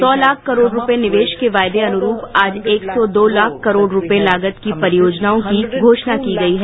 सौ लाख करोड़ रुपये निवेश के वायदे अनुरूप आज एक सौ दो लाख करोड़ रुपये लागत की परियोजनाओं की घोषणा की गई है